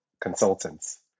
consultants